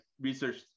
research